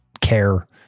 care